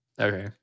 Okay